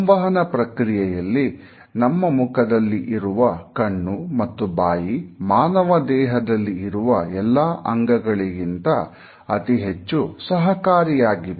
ಸಂವಹನ ಪ್ರಕ್ರಿಯೆಯಲ್ಲಿ ನಮ್ಮ ಮುಖದಲ್ಲಿ ಇರುವ ಕಣ್ಣು ಮತ್ತು ಬಾಯಿ ಮಾನವನ ದೇಹದಲ್ಲಿ ಇರುವ ಎಲ್ಲಾ ಅಂಗಗಳಿಗಿಂತ ಅತಿ ಹೆಚ್ಚು ಸಹಕಾರಿಯಾಗಿವೆ